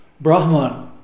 Brahman